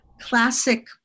classic